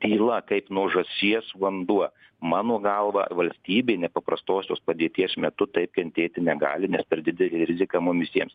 tyla kaip nuo žąsies vanduo mano galva valstybė nepaprastosios padėties metu taip kentėti negali nes per didelė rizika mum visiems